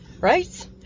Right